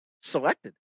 selected